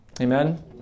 amen